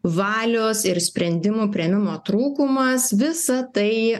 valios ir sprendimų priėmimo trūkumas visa tai